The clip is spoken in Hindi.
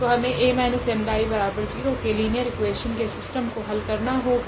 तो हमे A 𝜆I0 के लिनियर इकुवेशनस के सिस्टम को हल करना होगा